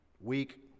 weak